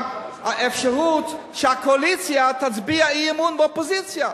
אפשרות שהקואליציה תצביע אי-אמון באופוזיציה.